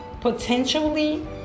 potentially